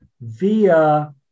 via